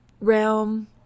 realm